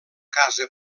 casa